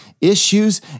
issues